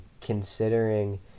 considering